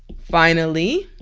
finally